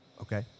Okay